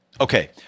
Okay